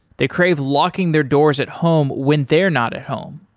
they crave locking their doors at home when they're not at home.